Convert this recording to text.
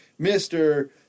Mr